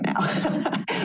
now